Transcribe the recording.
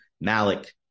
Malik